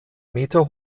meter